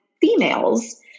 females